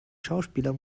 schauspieler